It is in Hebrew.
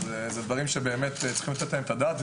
אלה דברים שצריך לתת עליהם את הדעת.